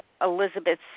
Elizabeth